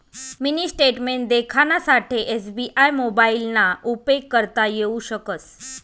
mini statement देखानासाठे SBI मोबाइलना उपेग करता येऊ शकस